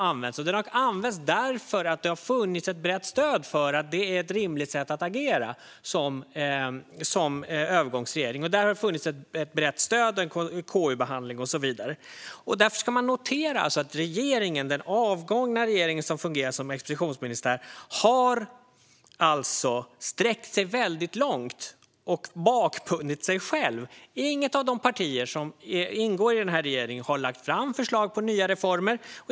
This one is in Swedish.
Den har använts därför att det har funnits ett brett stöd för att det är ett rimligt sätt att agera som övergångsregering. Det har funnits ett brett stöd för den efter KU-behandling och så vidare. Notera därför att den avgångna regeringen som fungerar som expeditionsministär har sträckt sig väldigt långt och bakbundit sig själv. Inget av de partier som ingår i den regeringen har lagt fram förslag på nya reformer.